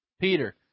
Peter